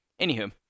anywho